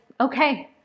okay